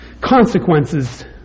consequences